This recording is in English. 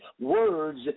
words